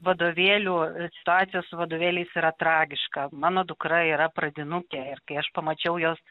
vadovėlių situacija su vadovėliais yra tragiška mano dukra yra pradinukė ir kai aš pamačiau jos